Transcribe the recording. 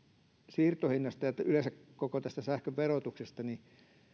siirtohinnasta ja yleensä koko tästä sähkön verotuksesta minä luulen